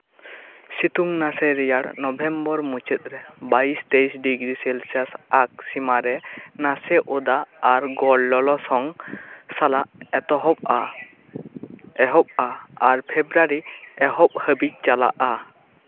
ᱥᱤᱛᱩᱝ ᱱᱟᱥᱮ ᱨᱮᱭᱟᱲ ᱱᱚᱵᱷᱮᱢᱵᱚᱨ ᱢᱩᱪᱟᱹᱫ ᱨᱮ ᱵᱟᱭᱤᱥ ᱼ ᱛᱮᱭᱤᱥ ᱰᱤᱜᱨᱤ ᱥᱮᱞᱥᱤᱭᱟᱥ ᱟᱜ ᱥᱤᱢᱟᱹ ᱨᱮ ᱱᱟᱥᱮ ᱚᱫᱟ ᱟᱨ ᱜᱚᱲ ᱞᱚᱞᱚᱥᱚᱝ ᱥᱟᱞᱟᱜ ᱮᱛᱚᱦᱵᱟ ᱮᱦᱚᱵᱚᱜᱼᱟ ᱟᱨ ᱯᱷᱮᱵᱽᱨᱩᱣᱟᱨᱤ ᱮᱦᱚᱵ ᱦᱟᱹᱵᱤᱡ ᱪᱟᱞᱟᱜᱼᱟ